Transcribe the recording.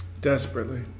Desperately